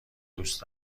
دوست